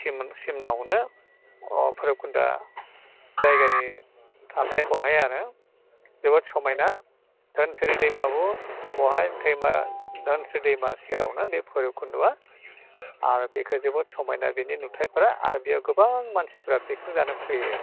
सिमोन सिमनायावनो अह बैरब खुन्दा जायगानि थाथाया बहाय आरो जोबोद समायना धोनसिरि दैमाबो दु बहाय दैमा धोनस्रि दैमा सेरावनो बे बैरब खुन्दआ आरो बेखो जोबोद समायना बिनि नुथायफोरा आरो बेयाव गोबां मानसिफ्रा पिकनिक जानो फैयो